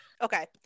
okay